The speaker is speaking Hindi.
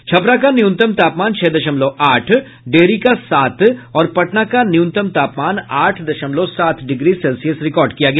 छपरा का न्यूनतम तापमान छह दशमलव आठ डेहरी का सात और पटना का न्यूनतम तापमान आठ दशमलव सात डिग्री सेल्सियस रिकॉर्ड किया गया